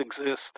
exist